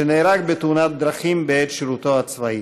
שנהרג בתאונת דרכים בעת שירותו הצבאי.